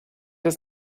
ist